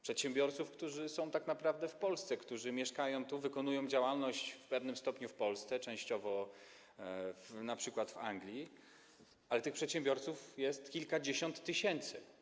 Przedsiębiorców, którzy są tak naprawdę w Polsce, którzy tu mieszkają, wykonują działalność w pewnym stopniu w Polsce, a częściowo np. w Anglii, ale tych przedsiębiorców jest kilkadziesiąt tysięcy.